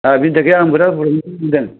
बेनिथाखाय आं बिराद मोजां मोन्दों